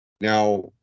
Now